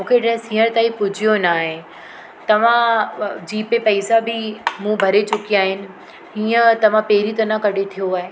मूंखे ड्रैस हींअर ताईं पूॼियो न आहे तव्हां जीपे पैसा बि मूं भरे चुकिया आइन हीअं त मां पहिंरी त न कढी थिओ आहे